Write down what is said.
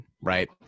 right